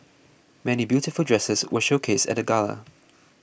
many beautiful dresses were showcased at the gala